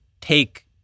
take